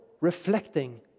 reflecting